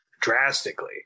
drastically